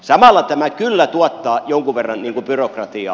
samalla tämä kyllä tuottaa jonkun verran byrokratiaa